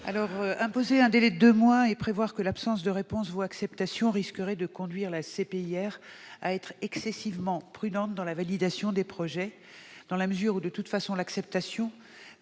? Imposer un délai de deux mois et prévoir que l'absence de réponse vaut acceptation risquerait de conduire la CPIR à être excessivement prudente dans la validation des projets, dans la mesure où, de toute façon, l'acceptation